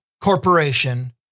corporation